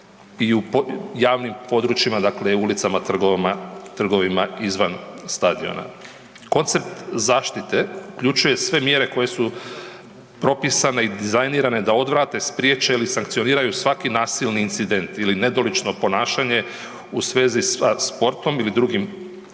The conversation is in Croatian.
i u javnim područjima, dakle, ulicama, trgovima, izvan stadiona. Koncept zaštite uključuje sve mjere koje su propisane i dizajnirane da odvrate, spriječe ili sankcioniraju svaki nasilni incident ili nedolično ponašanje u svezi sa sportom ili drugim, ili